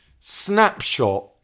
snapshot